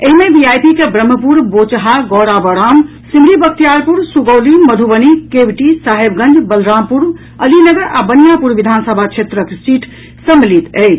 एहि मे वीआईपी के ब्रह्मपुर बोचहां गौराबोराम सिमरी बख्तियारपुर सुगौली मधुबनी केवटी साहेबगंज बलरामपुर अलीनगर और बनियापुर विधानसभा क्षेत्र सम्मिलित अछि